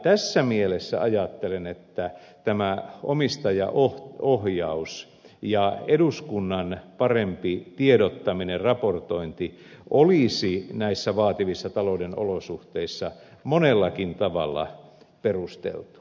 tässä mielessä ajattelen että tämä omistajaohjaus ja eduskunnan parempi tiedottaminen raportointi olisi näissä vaativissa talouden olosuhteissa monellakin tavalla perusteltua